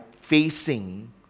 facing